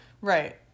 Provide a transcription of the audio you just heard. Right